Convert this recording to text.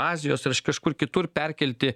azijos ar iš kažkur kitur perkelti